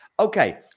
Okay